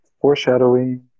foreshadowing